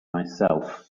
myself